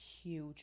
Huge